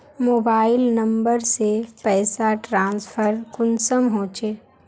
Mobile number से पैसा transfer कुंसम होचे?